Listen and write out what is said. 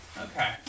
Okay